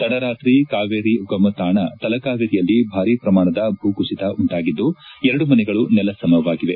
ತಡರಾತ್ರಿ ಕಾವೇರಿ ಉಗಮತಾಣ ತಲಕಾವೇರಿಯಲ್ಲಿ ಭಾರೀ ಪ್ರಮಾಣದ ಭೂಕುಸಿತ ಉಂಟಾಗಿದ್ದು ಎರಡು ಮನೆಗಳು ನೆಲಸುವಾಗಿವೆ